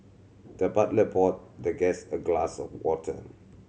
the butler poured the guest a glass of water